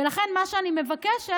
ולכן מה שאני מבקשת,